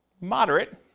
Moderate